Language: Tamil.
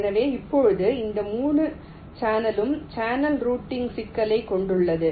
எனவே இப்போது இந்த முழு சேனலும் சேனல் ரூட்டிங் சிக்கலைக் கொண்டுள்ளது